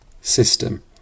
system